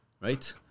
right